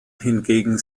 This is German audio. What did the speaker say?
hingegen